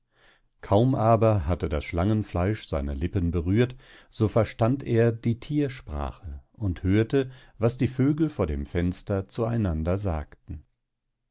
kaum aber hatte das schlangenfleisch seine lippen berührt so verstand er die thiersprache und hörte was die vögel vor dem fenster zu einander sagten